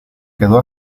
quedó